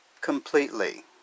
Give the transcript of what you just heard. completely